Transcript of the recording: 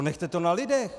Nechte to na lidech.